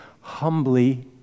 humbly